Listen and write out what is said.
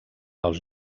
els